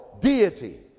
deity